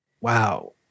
Wow